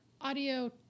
audio